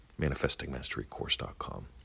Manifestingmasterycourse.com